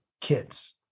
kids